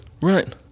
Right